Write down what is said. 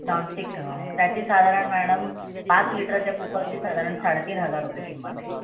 nonstick तर त्याचे साधारण मॅडम पाच लिटरच्या कुकरची साधारण साडे तीन हजार रुपये किंमत आहे